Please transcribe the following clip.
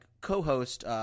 co-host